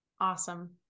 Awesome